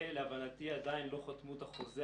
ולהבנתי עדיין לא חתמו את החוזה,